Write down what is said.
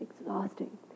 exhausting